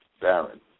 baron